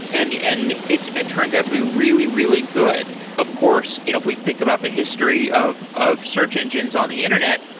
and and it turns out to be really, really good of course, you know if we think about the history of of search engines on the internet,